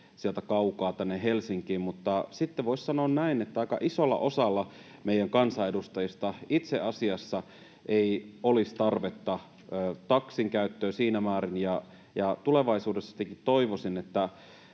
sieltä kaukaa tänne Helsinkiin, voisi sanoa näin, että aika isolla osalla meidän kansanedustajista itse asiassa ei olisi tarvetta taksin käyttöön siinä määrin. Tulevaisuudessa toivoisinkin, että